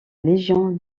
légion